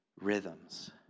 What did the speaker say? rhythms